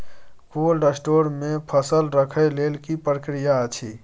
Cold store मे फसल रखय लेल की प्रक्रिया अछि?